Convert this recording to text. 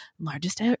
largest